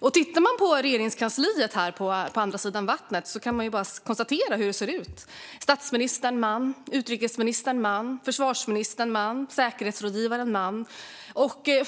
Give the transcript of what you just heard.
Om man tittar på Regeringskansliet på andra sidan vattnet kan man konstatera hur det ser ut. Statsministern är man, utrikesministern är man, försvarsministern är man och säkerhetsrådgivaren är man.